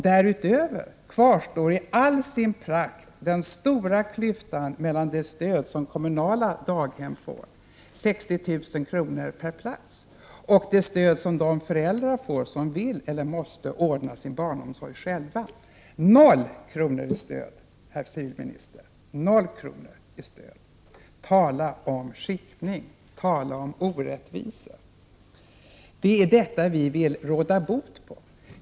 Därutöver kvarstår i all sin prakt den stora klyftan mellan det stöd som kommunala daghem får — 60 000 kr. per plats — och det stöd som de föräldrar får som vill eller måste ordna sin barnomsorg själva —0 kr. — herr civilminister, 0 kr. i stöd! Tala om skiktning, tala om orättvisa! Det är detta vi vill råda bot på.